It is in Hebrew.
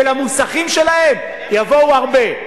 ולמוסכים שלהם יבואו הרבה.